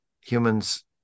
Humans